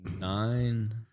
Nine